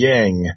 Yang